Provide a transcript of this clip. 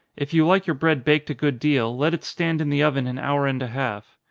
if you like your bread baked a good deal, let it stand in the oven an hour and a half.